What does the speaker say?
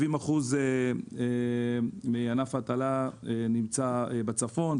70% מענף ההטלה נמצא בצפון,